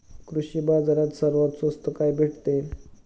कृषी बाजारात सर्वात स्वस्त काय भेटते?